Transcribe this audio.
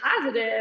positive